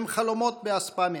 הם חלומות באספמיה.